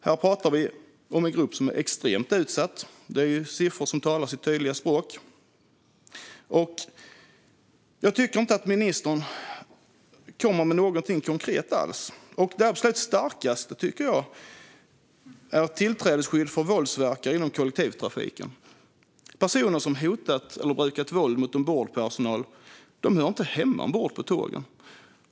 Här talar vi om en grupp som är extremt utsatt. Siffrorna talar sitt tydliga språk. Jag tycker inte att ministern kommer med något konkret alls. Det absolut starkaste förslaget tycker jag är ett tillträdesskydd från våldsverkare inom kollektivtrafiken. Personer som hotat eller brukat våld mot ombordpersonal hör inte hemma ombord på tågen.